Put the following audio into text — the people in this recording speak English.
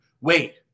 wait